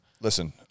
Listen